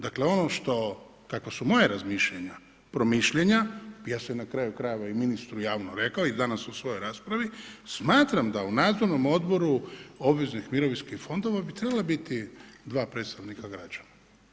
Dakle kakva su moja razmišljanja, promišljanja, ja sam na kraju krajeva i ministru javno rekao i danas u svojoj raspravi, smatram da u nadzornom odboru obveznih mirovinskih fondova bi trebala biti 2 predstavnik građa.